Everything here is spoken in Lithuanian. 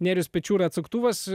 nėrius pečiūra atsuktuvas